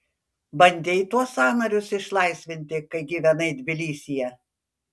bandei tuos sąnarius išlaisvinti kai gyvenai tbilisyje